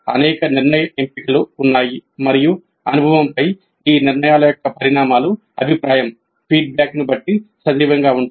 అనేక నిర్ణయ ఎంపికలు ఉన్నాయి మరియు అనుభవంపై ఈ నిర్ణయాల యొక్క పరిణామాలు అభిప్రాయం ను బట్టి సజీవంగా ఉంటాయి